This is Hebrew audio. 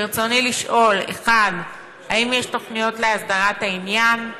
ברצוני לשאול: 1. האם יש תוכניות להסדרת העניין?